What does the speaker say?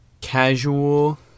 casual